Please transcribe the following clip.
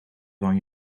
van